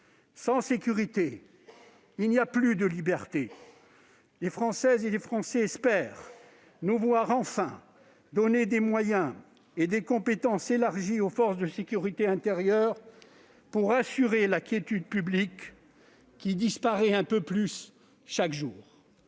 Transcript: Sans sécurité, il n'y a plus de liberté. Les Françaises et les Français espèrent nous voir enfin donner des moyens et des compétences élargies aux forces de sécurité intérieure pour assurer la quiétude publique, qui disparaît un peu plus chaque jour.